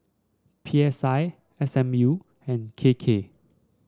P S I S M U and K K